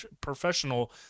professional